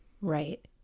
Right